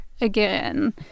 again